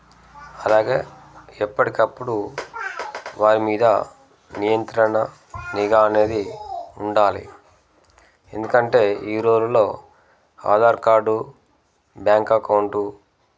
అలాగే ఎప్పటికప్పుడు వారి మీద నియంత్రణ నిఘా అనేది ఉండాలి ఎందుకంటే ఈ రోజుల్లో ఆధార్ కార్డు బ్యాంక్ అకౌంటు